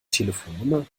telefonnummer